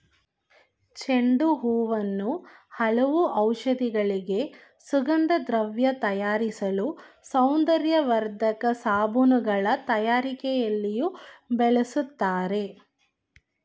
ಚೆಂಡು ಹೂವನ್ನು ಹಲವು ಔಷಧಿಗಳಿಗೆ, ಸುಗಂಧದ್ರವ್ಯ ತಯಾರಿಸಲು, ಸೌಂದರ್ಯವರ್ಧಕ ಸಾಬೂನುಗಳ ತಯಾರಿಕೆಯಲ್ಲಿಯೂ ಬಳ್ಸತ್ತರೆ